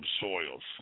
soils